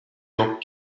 yok